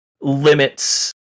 limits